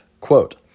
Quote